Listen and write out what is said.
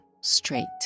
straight